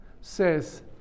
says